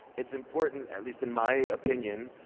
it's important, at least in my opinion,